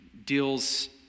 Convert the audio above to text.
deals